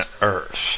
earth